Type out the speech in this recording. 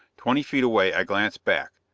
twenty feet away, i glanced back.